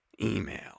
email